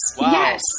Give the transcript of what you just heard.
Yes